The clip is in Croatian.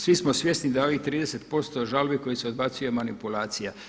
Svi smo svjesni da ovih 30% žalbi kojih se odbacuje je manipulacija.